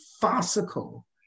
farcical